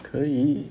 可以